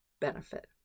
Benefit